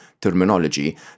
terminology